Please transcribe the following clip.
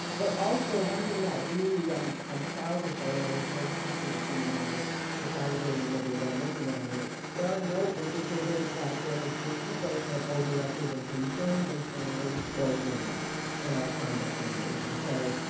but also, one thing that really i'm i'm proud to say, and i was very happy to see when i was disaggregating the data and looking at it, there are no indicators that there is disproportionate over-representation based on race or gender in our conduct numbers. and so,